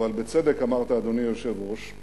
אבל בצדק אמרת, אדוני היושב-ראש,